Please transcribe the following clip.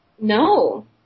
No